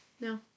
No